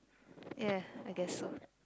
ya I guess so